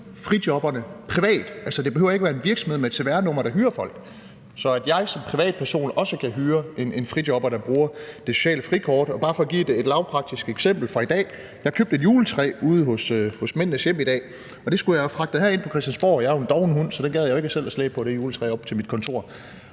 frijobberne privat. Altså, det behøver ikke være en virksomhed med et cvr-nummer, der hyrer folk, således at jeg som privatperson også kan hyre en frijobber, der bruger det sociale frikort. Bare for at give et lavpraktisk eksempel fra i dag: Jeg købte et juletræ ude hos Mændenes Hjem i dag. Det skulle jeg have fragtet herind på Christiansborg, og jeg er jo en doven hund, så jeg gad ikke selv at slæbe det juletræ op til mit kontor,